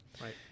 Right